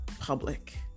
public